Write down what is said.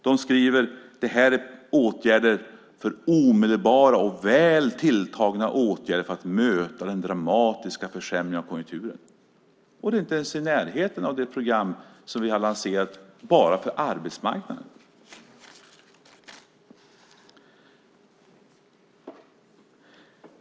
De skriver: Det här är åtgärder, omedelbara och väl tilltagna åtgärder, för att möta den dramatiska försämringen av konjunkturen. Men det är inte ens i närheten av det program som vi har lanserat bara för arbetsmarknaden.